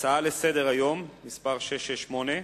הצעה לסדר-היום מס' 668,